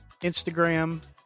instagram